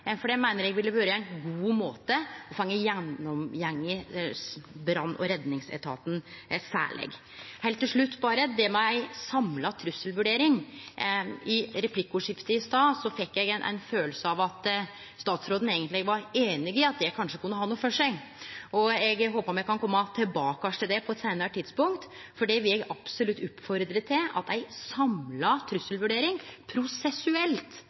for det meiner eg ville vere ein god måte å få gått gjennom særleg brann- og redningsetaten. Heilt til slutt når det gjeld ei samla trusselvurdering: I replikkordskiftet i stad fekk eg ei kjensle av at statsråden eigentleg var einig i at det kanskje kunne ha noko for seg. Eg håpar at me kan kome tilbake til det på eit seinare tidspunkt. Det vil eg absolutt oppfordre til. Ei samla trusselvurdering prosessuelt